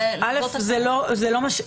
זאת הכוונה.